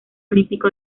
olímpico